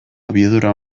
abiadura